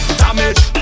damage